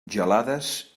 gelades